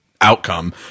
outcome